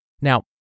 Now